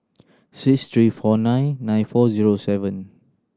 six three four nine nine four zero seven